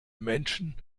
menschen